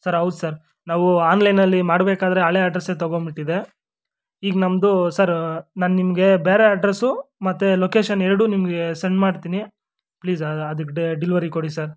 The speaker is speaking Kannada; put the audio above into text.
ಸರ್ ಹೌದು ಸರ್ ನಾವು ಆನ್ಲೈನ್ನಲ್ಲಿ ಮಾಡಬೇಕಾದ್ರೆ ಹಳೆ ಅಡ್ರೆಸ್ಸೆ ತೊಗೊಂಡ್ಬಿಟ್ಟಿದೆ ಈಗ ನಮ್ಮದು ಸರ್ ನಾನು ನಿಮಗೆ ಬೇರೆ ಅಡ್ರೆಸ್ಸು ಮತ್ತು ಲೊಕೇಶನ್ ಎರಡೂ ನಿಮಗೆ ಸೆಂಡ್ ಮಾಡ್ತೀನಿ ಪ್ಲೀಸ್ ಸರ್ ಅದಕ್ಕೆ ಡೆ ಡಿಲಿವರಿ ಕೊಡಿ ಸರ್